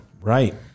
Right